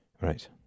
Right